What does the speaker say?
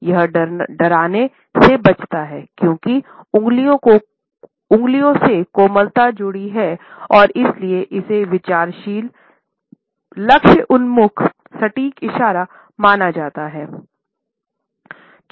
यह डराने से बचता है क्योंकि उंगलियों से कोमलता जुड़ी हैं और इसलिए इसे विचारशील लक्ष्य उन्मुख सटीक इशारा माना जाता है